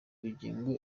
bugingo